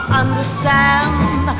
understand